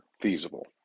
feasible